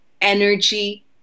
energy